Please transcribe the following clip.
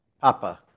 Papa